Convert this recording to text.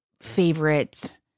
favorite